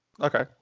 okay